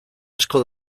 asko